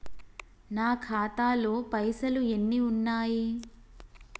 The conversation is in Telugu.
నా ఖాతాలో పైసలు ఎన్ని ఉన్నాయి?